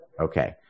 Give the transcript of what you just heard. Okay